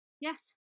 Yes